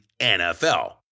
NFL